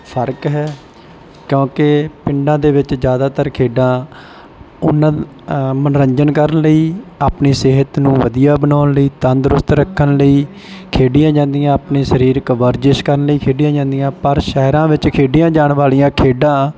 ਫ਼ਰਕ ਹੈ ਕਿਉਂਕਿ ਪਿੰਡਾਂ ਦੇ ਵਿੱਚ ਜ਼ਿਆਦਾਤਰ ਖੇਡਾਂ ਉਹਨਾਂ ਮਨੋਰੰਜਨ ਕਰਨ ਲਈ ਆਪਣੀ ਸਿਹਤ ਨੂੰ ਵਧੀਆ ਬਣਾਉਣ ਲਈ ਤੰਦਰੁਸਤ ਰੱਖਣ ਲਈ ਖੇਡੀਆਂ ਜਾਂਦੀਆਂ ਆਪਣੀ ਸਰੀਰਕ ਵਰਜਿਸ਼ ਕਰਨ ਲਈ ਖੇਡੀਆਂ ਜਾਂਦੀਆਂ ਪਰ ਸ਼ਹਿਰਾਂ ਵਿੱਚ ਖੇਡੀਆਂ ਜਾਣ ਵਾਲੀਆਂ ਖੇਡਾਂ